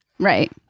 right